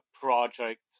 project